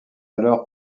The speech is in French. alors